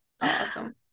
Awesome